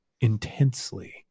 intensely